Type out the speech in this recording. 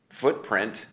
footprint